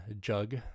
Jug